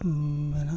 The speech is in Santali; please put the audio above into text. ᱵᱮᱱᱟᱜᱼᱟ